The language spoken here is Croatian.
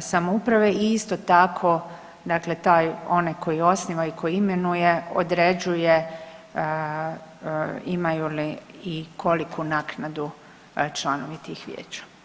samouprave i isto tako, dakle taj, onaj koji osniva i koji imenuje, određuje imaju li i koliku naknadu članovi tih vijeća.